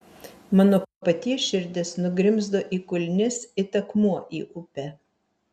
mano paties širdis nugrimzdo į kulnis it akmuo į upę